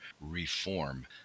reform